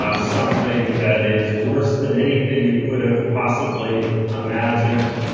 um something that is worse than anything you could have possibly imagined.